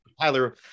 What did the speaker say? Tyler